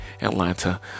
Atlanta